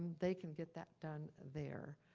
they can get that done there.